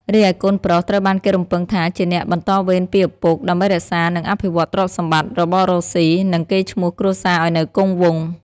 រីឯកូនប្រុសត្រូវបានគេរំពឹងថាជាអ្នកបន្តវេនពីឪពុក ដើម្បីរក្សា និងអភិវឌ្ឍទ្រព្យសម្បត្តិ របររកស៊ី និងកេរ្តិ៍ឈ្មោះគ្រួសារឱ្យនៅគង់វង្ស។